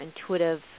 intuitive